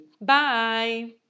Bye